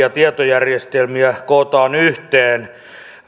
olevia tietojärjestelmiä kootaan yhteen